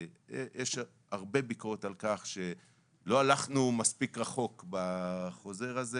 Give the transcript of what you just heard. ישנה הרבה ביקורת על כך שלא הלכנו מספיק רחוק בחוזר הזה,